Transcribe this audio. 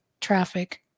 traffic